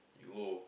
you oh